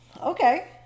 Okay